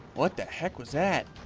what the heck was that?